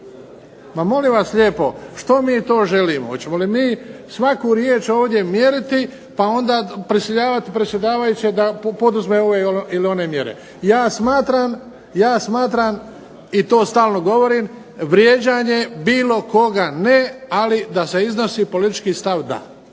Ma molim vas lijepo, što mi to želimo, hoćemo li mi svaku riječ ovdje mjeriti, pa onda prisiljavati predsjedavajuće da poduzme ove ili one mjere. Ja smatram i to stalno govorim, vrijeđanje bilo koga ne, ali da se iznosi politički stav da.